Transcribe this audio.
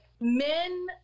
men